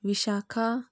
Vishakha